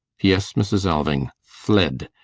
yes, mrs. alving fled,